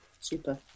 super